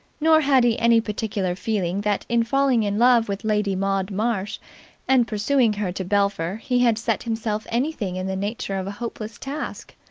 nor had he any particular feeling that in falling in love with lady maud marsh and pursuing her to belpher he had set himself anything in the nature of a hopeless task.